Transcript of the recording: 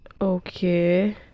Okay